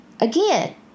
again